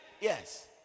Yes